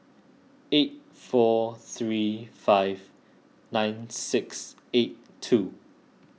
eight four three five nine six eight two